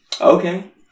Okay